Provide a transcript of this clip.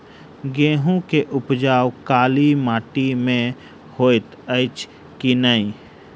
गेंहूँ केँ उपज काली माटि मे हएत अछि की नै?